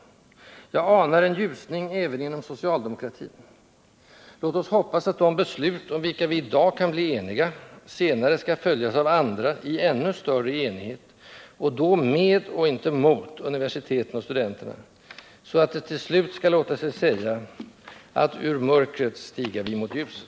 Jag anar en ljusning även inom socialdemokratin. Låt oss hoppas att de beslut, om vilka vi i dag kan bli eniga, senare skall följas av andra, i ännu större enighet — och då med och inte mot universiteten och studenterna — så att det till slut skall låta sig säga att ”ur mörkret stiga vi mot ljuset”.